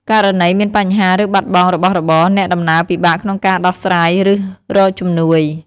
ករណីមានបញ្ហាឬបាត់បង់របស់របរ អ្នកដំណើរពិបាកក្នុងការដោះស្រាយឬរកជំនួយ។